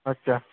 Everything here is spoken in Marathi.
अच्छा